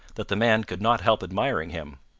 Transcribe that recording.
that the man could not help admiring him.